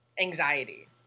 anxiety